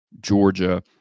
Georgia